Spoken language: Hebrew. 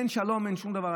אין "שלום" ואין שום דבר.